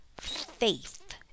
faith